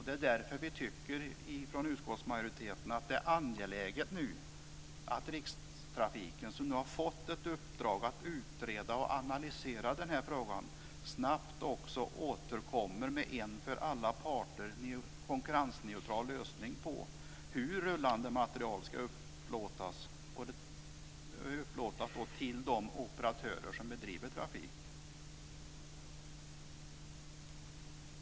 Det är därför vi från utskottsmajoriteten tycker att det är angeläget att Rikstrafiken, som har fått i uppdrag att utreda och analysera frågan, snabbt återkommer med en för alla parter konkurrensneutral lösning på hur rullande material ska upplåtas till de operatörer som bedriver trafik.